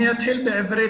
אני אתחיל בעברית.